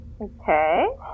Okay